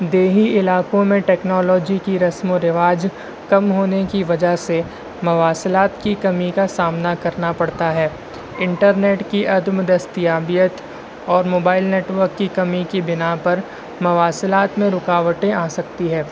دیہی علاقوں میں ٹیکنالوجی کی رسم و رواج کم ہونے کی وجہ سے مواصلات کی کمی کا سامنا کرنا پڑتا ہے انٹرنیٹ کی عدم دستیابیت اور موبائل نیٹ ورک کی کمی کی بنا پر مواصلات میں رکاوٹیں آ سکتی ہے